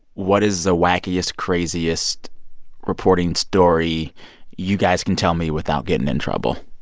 what is the wackiest, craziest reporting story you guys can tell me without getting in trouble?